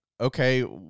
okay